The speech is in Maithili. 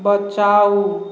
बचाउ